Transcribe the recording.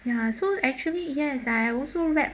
ya so actually yes I also read